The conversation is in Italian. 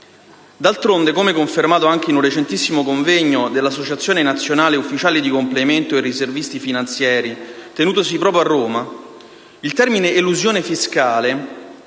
D'altronde, come confermato anche in un recentissimo convegno dell'Associazione nazionale ufficiali di complemento e riservisti finanzieri, tenutosi proprio a Roma, il termine «elusione fiscale»